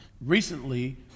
Recently